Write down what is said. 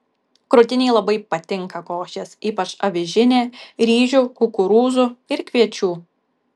krūtinei labai patinka košės ypač avižinė ryžių kukurūzų ir kviečių